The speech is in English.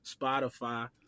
Spotify